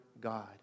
God